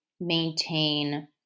maintain